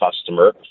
customer